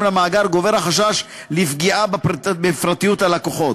למאגר גובר החשש לפגיעה בפרטיות הלקוחות.